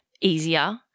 easier